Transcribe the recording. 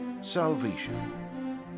salvation